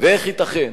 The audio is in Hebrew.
ואיך ייתכן.